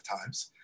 times